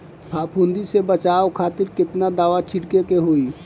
फाफूंदी से बचाव खातिर केतना दावा छीड़के के होई?